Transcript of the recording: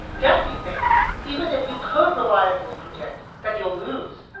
dempsey thinks even if you could reliably predict that, you'll lose.